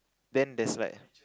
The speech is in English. then there's like